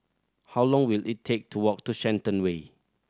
how long will it take to walk to Shenton Way